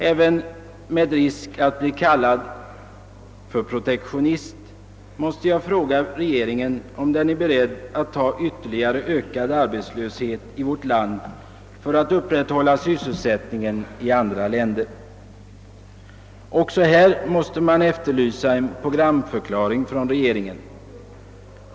även med risk att bli kallad för protektionist måste jag fråga regeringen om den är beredd att ta ytterligare ökad arbetslöshet i vårt land för att upprätthålla sysselsättningen i andra länder. Också härvidlag måste man efterlysa en programförklaring från regeringen.